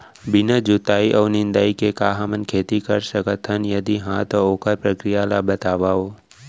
बिना जुताई अऊ निंदाई के का हमन खेती कर सकथन, यदि कहाँ तो ओखर प्रक्रिया ला बतावव?